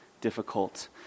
difficult